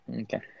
Okay